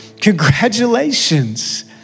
Congratulations